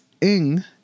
ing